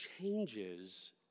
changes